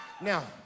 Now